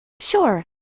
sure